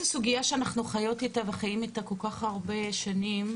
זו סוגיה שאנחנו חיות איתה וחיים איתה כל כך הרבה שנים.